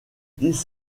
dix